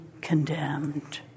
condemned